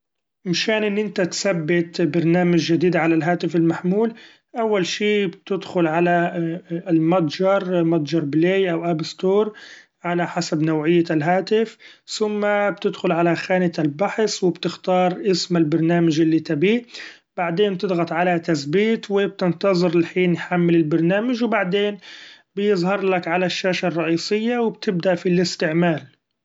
مشان إن أنت تثبت برنامج جديد علي الهاتف المحمول أول شي بتدخل علي المتجر متجر Play أو App Store علي حسب نوعية الهاتف ، ثم بتدخل علي خانة البحث و بتختار اسم البرنامج اللي تبيه بعدين تضغط علي تثبيت و بتنتظر لحين يحمل البرنامج و بعدين بيظهرلك علي الشاشة الرئيسية و بتبدأ في الاستعمال.